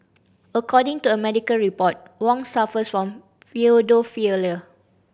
according to a medical report Wong suffers from